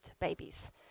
babies